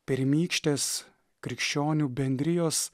pirmykštės krikščionių bendrijos